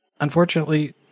Unfortunately